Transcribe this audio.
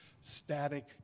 Static